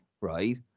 right